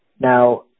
Now